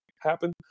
happen